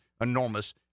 enormous